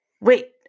Wait